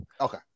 Okay